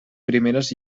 primeres